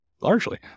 largely